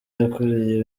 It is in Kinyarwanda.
yakuruye